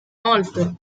molto